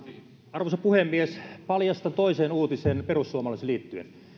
arvoisa puhemies paljastan toisen uutisen perussuomalaisiin liittyen